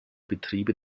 betriebe